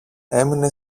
έμεινε